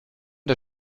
der